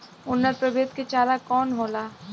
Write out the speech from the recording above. उन्नत प्रभेद के चारा कौन होला?